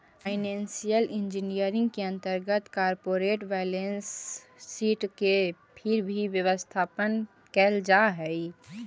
financial engineering के अंतर्गत corporate balance sheet के फिर से व्यवस्थापन कैल जा हई